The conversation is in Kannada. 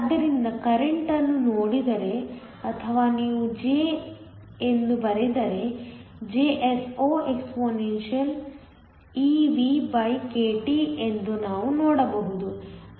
ಆದ್ದರಿಂದ ಕರೆಂಟ್ ಅನ್ನು ನೋಡಿದರೆ ಅಥವಾ ನೀವು ಇದನ್ನು J ಎಂದು ಬರೆದರೆ Jso expeVkT ಎಂದು ನಾವು ನೋಡಬಹುದು